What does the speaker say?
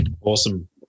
Awesome